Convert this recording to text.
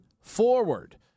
forward